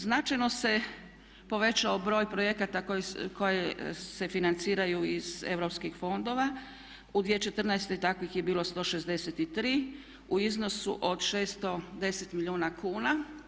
Značajno se povećao broj projekata koji se financiraju iz europskih fondova, u 2014. takvih je bilo 163 u iznosu od 610 milijuna kuna.